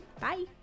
Bye